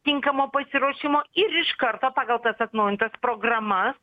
tinkamo pasiruošimo ir iš karto pagal tas atnaujintas programas